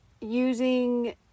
Using